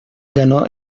ganó